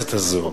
בכנסת הזאת?